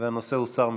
והנושא הוסר מסדר-היום.